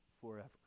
forever